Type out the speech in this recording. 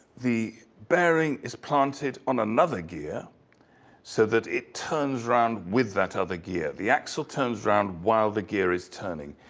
the bearing is planted on another gear so that it turns around with that other gear. the axle turns around while the gear is turning.